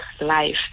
life